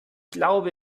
glaube